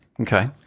Okay